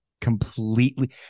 completely